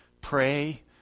pray